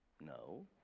No